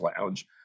lounge